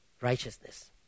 righteousness